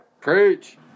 preach